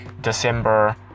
December